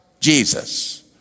Jesus